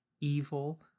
Evil